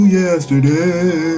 yesterday